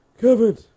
Kevin